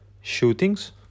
shootings